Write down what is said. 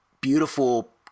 beautiful